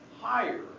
higher